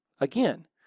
Again